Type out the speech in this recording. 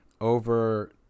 over